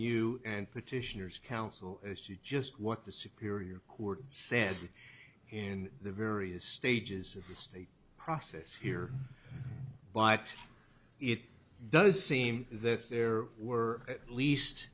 you and petitioners counsel as to just what the superior court said in the various stages of the state process here but it does seem that there were at least